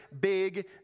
big